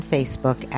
Facebook